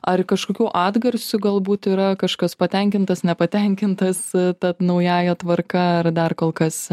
ar kažkokių atgarsių galbūt yra kažkas patenkintas nepatenkintas ta naująja tvarka ar dar kol kas